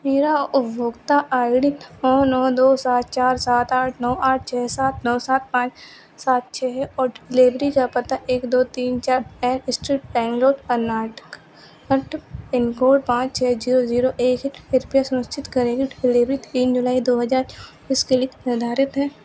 मेरा उपभोक्ता I D नौ नौ दो सात चार सात चार आठ नौ आठ छः सात नौ सात पाँच सात छः है और डिलीवरी का पता एक दो तीन चार main street Bangalore Karnataka pin code पाँच छः जीरो जीरो एक है कृपया सुनिश्चित करें कि डिलीवरी तीन जुलाई दो हजार बीस के लिए निर्धारित है